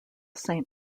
saint